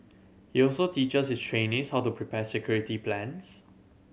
he also teaches his trainees how to prepare security plans